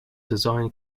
design